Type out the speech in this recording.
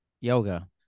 yoga